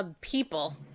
people